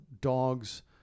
dogs